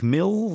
Mill